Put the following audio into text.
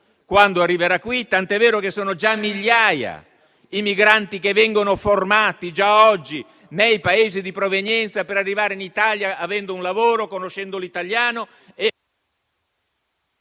quando arriverà, tant'è vero che sono già migliaia i migranti che vengono formati oggi nei Paesi di provenienza per arrivare in Italia avendo un lavoro, conoscendo l'italiano